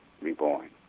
reborn